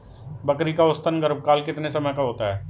बकरी का औसतन गर्भकाल कितने समय का होता है?